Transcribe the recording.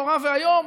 נורא ואיום.